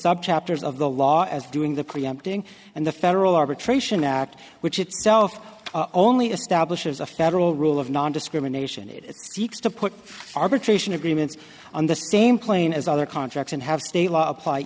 subchapters of the law as doing the preempting and the federal arbitration act which itself only establishes a federal rule of nondiscrimination it is to put arbitration agreements on the same plane as other contracts and have state laws appl